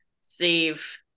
save